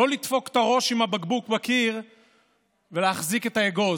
לא לדפוק את הראש עם הבקבוק בקיר ולהחזיק את האגוז.